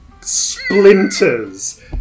splinters